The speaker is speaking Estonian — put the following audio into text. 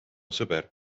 sõber